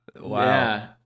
Wow